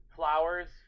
Flowers